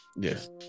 Yes